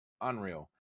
unreal